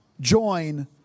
join